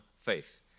faith